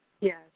Yes